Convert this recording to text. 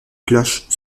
cloches